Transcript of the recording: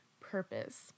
purpose